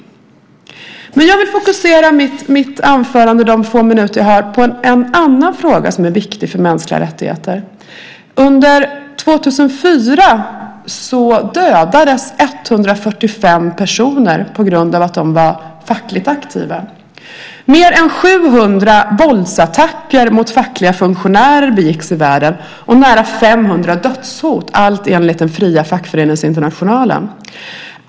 Det jag vill fokusera mitt anförande på under de få minuter som jag har kvar av talartiden är en annan fråga som är viktig för mänskliga rättigheter. Under 2004 dödades 145 personer på grund av att de var fackligt aktiva. Mer än 700 våldsattacker mot fackliga funktionärer begicks i världen och nära 500 dödshot - allt enligt Fria Fackföreningsinternationalen.